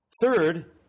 Third